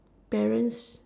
parents